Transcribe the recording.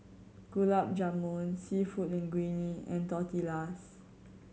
Gulab Jamun Seafood Linguine and Tortillas